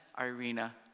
Irina